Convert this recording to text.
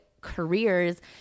careers